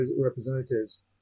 representatives